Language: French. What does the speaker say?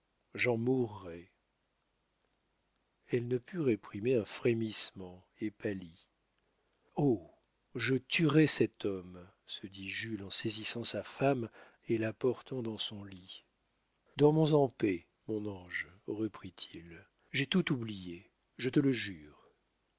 j'en mourrai elle ne put réprimer un frémissement et pâlit oh je tuerai cet homme se dit jules en saisissant sa femme et la portant dans son lit dormons en paix mon ange reprit-il j'ai tout oublié je te le jure